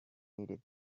needed